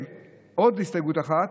עוד הסתייגות אחת: